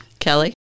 Kelly